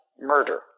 murder